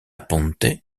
ponte